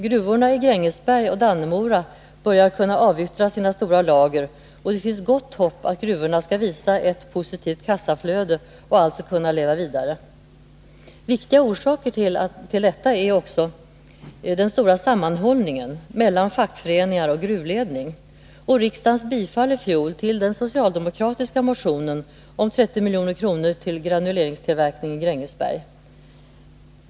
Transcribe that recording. Gruvorna i Grängesberg och Dannemora börjar kunna avyttra sina stora lager, och det finns gott hopp om att gruvorna skall visa ett ”positivt kassaflöde” och alltså kunna leva vidare. Viktiga orsaker till detta är också den stora sammanhållningen mellan fackföreningar och gruvledning och riksdagens bifall i fjol till den socialdemokratiska motionen om 30 milj.kr. till granuleringstillverkning i Grängesberg.